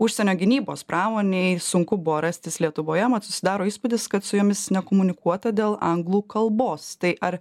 užsienio gynybos pramonei sunku buvo rastis lietuvoje mat susidaro įspūdis kad su jomis nekomunikuota dėl anglų kalbos tai ar